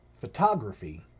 photography